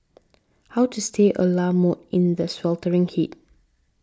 how to stay a la mode in the sweltering heat